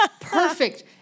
perfect